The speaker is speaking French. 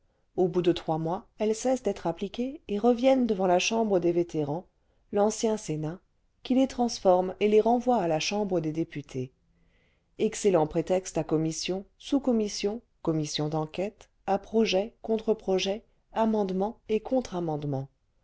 au bout de trois mois elles cessent d'être appliquées et reviennent devant la chambre des vétérans l'ancien sénat qui les transforme et les renvoie à la chambre des députés excellent prétexte à commissions sous commissions commissions d'enquête à projets contre projets amendements et